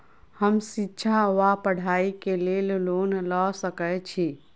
हम शिक्षा वा पढ़ाई केँ लेल लोन लऽ सकै छी?